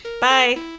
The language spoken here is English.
bye